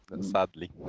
sadly